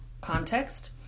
context